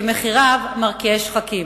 שמחיריו מרקיעי שחקים.